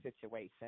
situation